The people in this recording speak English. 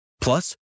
Plus